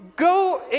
Go